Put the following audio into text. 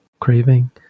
craving